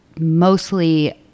Mostly